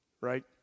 right